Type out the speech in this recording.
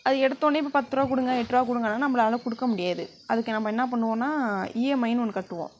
அது எடுத்தோன்னே இப்போ பத்துருவா கொடுங்க எட்டுருவா கொடுங்கன்னா நம்மளால கொடுக்க முடியாது அதுக்கு நம்ம என்ன பண்ணுவோம்னா இஎம்ஐனு ஒன்று கட்டுவோம்